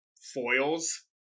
foils